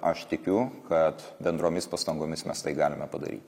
aš tikiu kad bendromis pastangomis mes tai galime padaryti